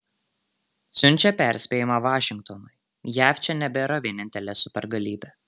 siunčia perspėjimą vašingtonui jav čia nebėra vienintelė supergalybė